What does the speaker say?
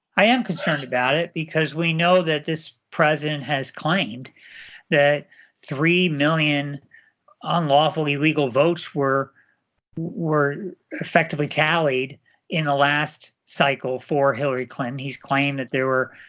i am concerned about it because we know that this president has claimed that three million unlawfully legal votes were were effectively tallied in the last cycle for hillary clinton. he's claimed that there were